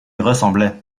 ressemblait